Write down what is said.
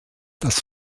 das